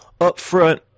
upfront